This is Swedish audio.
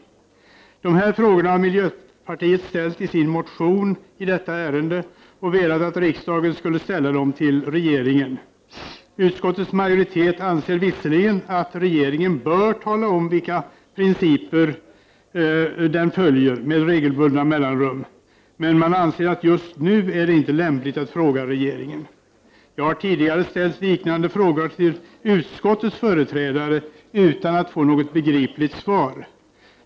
Dessa frågor har miljöpartiet ställt i sin motion i detta ärende och velat att riksdagen skulle ställa dem till regeringen. Utskottets majoritet anser visserligen att regeringen bör tala om vilka principer den följer med regelbundna mellanrum, men man anser att just nu är det inte lämpligt att fråga regeringen. Jag har tidigare ställt liknande frågor till utskottets företrädare utan att få något begripligt svar.